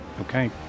Okay